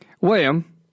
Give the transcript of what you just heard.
William